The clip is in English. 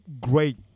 great